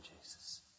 Jesus